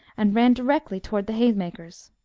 and ran directly towards the haymakers.